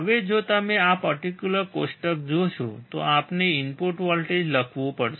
હવે જો તમે આ પર્ટીક્યુલર કોષ્ટક જોશો તો આપણે ઇનપુટ વોલ્ટેજ લખવું પડશે